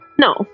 No